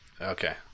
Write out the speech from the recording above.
Okay